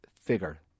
figure